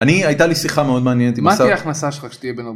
אני, הייתה לי שיחה מאוד מעניינת עם השר... - מה תהיה הכנסה שלך שתהיה בנו...